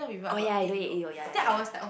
oh ya you don't eat egg yolk yea yea yea